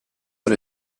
per